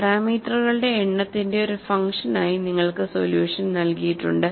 പാരാമീറ്ററുകളുടെ എണ്ണത്തിന്റെ ഒരു ഫംഗ്ഷനായി നിങ്ങൾക്ക് സൊല്യൂഷൻ നൽകിയിട്ടുണ്ട്